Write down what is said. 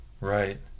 Right